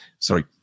Sorry